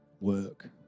work